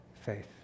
faith